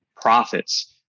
profits